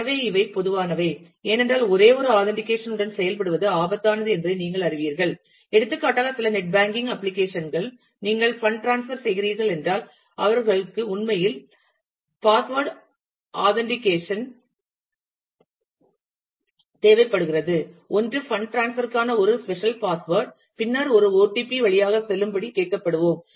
எனவே இவை பொதுவானவை ஏனென்றால் ஒரே ஒரு ஆதன்றிகேசன் உடன் செயல்படுவது ஆபத்தானது என்பதை நீங்கள் அறிவீர்கள் எடுத்துக்காட்டாக சில நெட் பேங்கிங் அப்ளிகேஷன் கள் நீங்கள் பண்ட் டிரான்ஸ்பர் செய்கிறீர்கள் என்றால் அவர்களுக்கு உண்மையில் றூ அடிஷனல் பாஸ்வேர்டு ஆதன்றிகேசன் தேவைப்படுகிறது ஒன்று பண்ட் டிரான்ஸ்பர் ற்கான ஒரு ஸ்பெஷல் பாஸ்வேர்டு பின்னர் ஒரு OTP வழியாக செல்லும்படி கேட்கப்படுவோம்